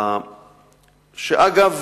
שאגב,